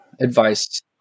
advice